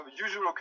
usual